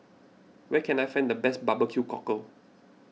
where can I find the best Barbecue Cockle